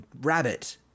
rabbit